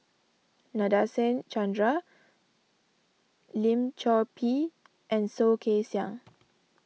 Nadasen Chandra Lim Chor Pee and Soh Kay Siang